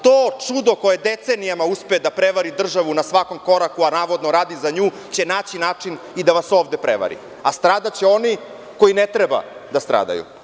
To čudo koje decenijama uspe da prevari državu na svakom koraku, a navodno radi za nju, će naći način i da vas ovde prevari, a stradaće oni koji ne treba da stradaju.